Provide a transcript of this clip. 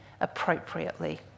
appropriately